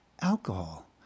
alcohol